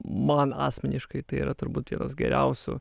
man asmeniškai tai yra turbūt vienas geriausių